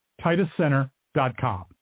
TitusCenter.com